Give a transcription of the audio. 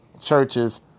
churches